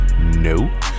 No